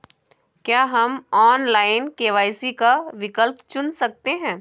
क्या हम online KYC का विकल्प चुन सकते हैं?